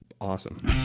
awesome